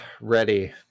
ready